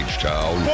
H-Town